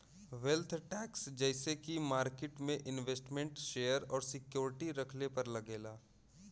wealth tax जइसे की market में इन्वेस्टमेन्ट शेयर और सिक्योरिटी रखले पर लगेला